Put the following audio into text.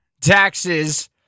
taxes